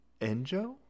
Enjo